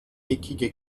eckige